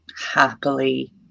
happily